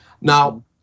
Now